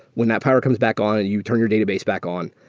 when that power comes back on and you turn your database back on,